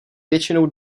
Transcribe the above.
většinou